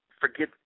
Forget